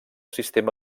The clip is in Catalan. sistema